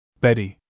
Betty